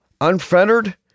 unfettered